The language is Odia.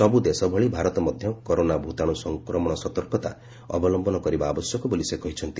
ସବୁ ଦେଶ ଭଳି ଭାରତ ମଧ୍ୟ କରୋନା ଭୂତାଣୁ ସଂକ୍ରମଣ ସତର୍କତା ଅବଲମ୍ଘନ କରିବା ଆବଶ୍ୟକ ବୋଲି ସେ କହିଛନ୍ତି